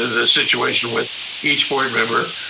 the situation with each board member.